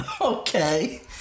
Okay